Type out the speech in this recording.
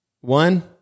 One